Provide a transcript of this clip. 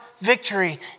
victory